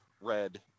red